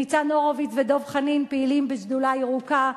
ניצן הורוביץ ודב חנין פעילים בשדולה ירוקה,